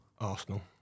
Arsenal